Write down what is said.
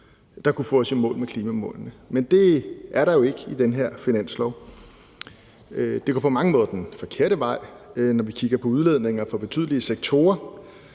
der kunne få os i mål med klimamålene. Men det er der jo ikke i det her finanslovsforslag. Det går på mange måder den forkerte vej, når vi kigger på udledninger fra betydelige sektorer,